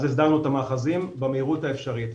אז הסדרנו את המאחזים במהירות האפשרית,